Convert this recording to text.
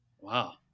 Wow